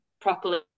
Properly